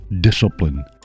discipline